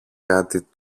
κάτι